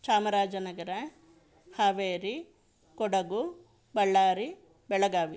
Chamarajanagar Haveri Kodagu Ballari Belagavi